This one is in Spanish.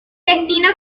destino